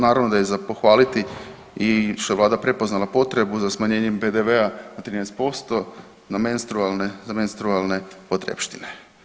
Naravno da je za pohvaliti i što je Vlada prepoznala potrebu za smanjenjem PDV-a na 13% za menstrualne potrepštine.